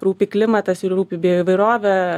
rūpi klimatas ir rūpi bioįvairovė